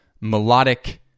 melodic